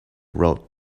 wrote